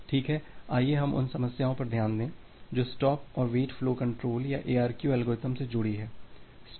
ठीक है आइए हम उन समस्याओं पर ध्यान दें जो स्टॉप और वेट फ्लो कंट्रोल या एआरक्यू एल्गोरिदम से जुड़ी हैं